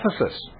Ephesus